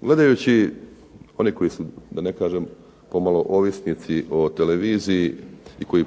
Gledajući one koji su da ne kažem pomalo ovisnici o televiziji i koji